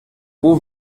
vous